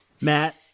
Matt